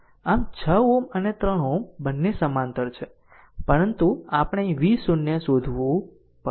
આમ 6 Ω અને 3 Ω તેઓ સમાંતર છે પરંતુ આપણે v 0 શોધવું પડશે